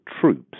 troops